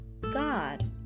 God